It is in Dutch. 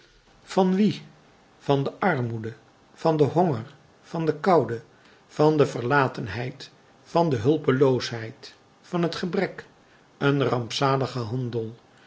van wien van de armoede van den honger van de koude van de verlatenheid van de hulpeloosheid van het gebrek een rampzalige handel